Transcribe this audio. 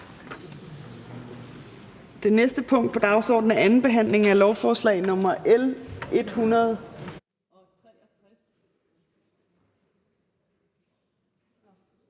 Det næste punkt på dagsordenen er: 16) 2. behandling af lovforslag nr. L 117: